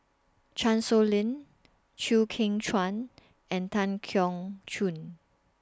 Chan Sow Lin Chew Kheng Chuan and Tan Keong Choon